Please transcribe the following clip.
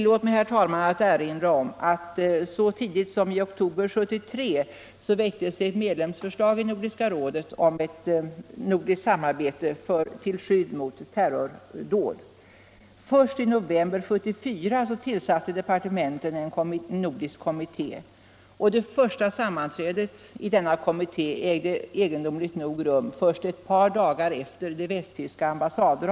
Låt mig då erinra om att så tidigt som i oktober 1973 väcktes det ett förslag i Nordiska rådet om ett nordiskt samarbete till skydd mot terrordåd. Först i november 1974 tillsatte departementen en nordisk kommitté, som egendomligt nog höll sitt första sammanträde ett par dagar efter dramat på västtyska ambassaden.